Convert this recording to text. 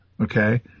okay